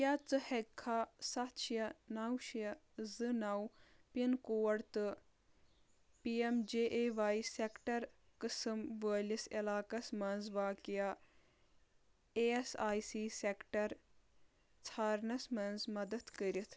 کیٛاہ ژٕ ہیٚککھا ستھ شیٚے نو شیٚے زٕ نو پن کوڈ تہٕ P M J A Y sector قٕسم وٲلِس علاقس منٛز واقیا A S I C sector ژھارنس منٛز مدد کٔرِتھ